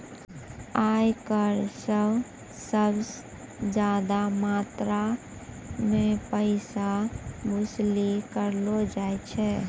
आयकर स सबस ज्यादा मात्रा म पैसा वसूली कयलो जाय छै